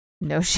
No